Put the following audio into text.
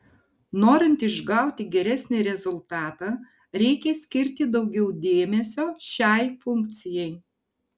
norint išgauti geresnį rezultatą reikia skirti daugiau dėmesio šiai funkcijai